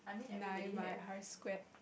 deny my R square